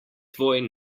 tvoj